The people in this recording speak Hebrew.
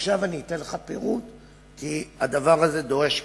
עכשיו אתן לך פירוט כי הדבר הזה דורש פירוט.